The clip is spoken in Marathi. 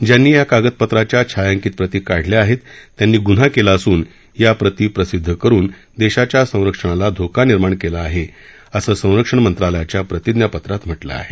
ज्यांनी या कागदपत्राच्या छायांकीत प्रति काढल्या आहेत त्यांनी गुन्हा केला असून या प्रति प्रसिद्ध करुन देशाच्या संरक्षणाला धोका निर्माण केला आहे असं संरक्षण मंत्रालयाच्या प्रतिज्ञापत्रात म्हटलं आहे